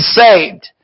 saved